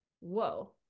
Whoa